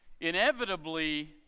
Inevitably